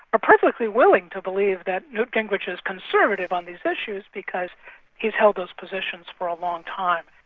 are perfectly willing to believe that newt gingrich is conservative on these issues, because he's held those positions for a long time.